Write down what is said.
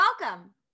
welcome